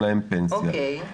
לנגוס באותה קרן,